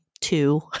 two